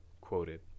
quoted